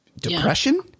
depression